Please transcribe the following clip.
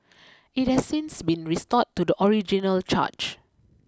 it has since been restored to the original charge